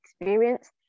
experience